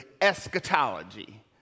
eschatology